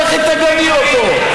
לכי תגני אותו.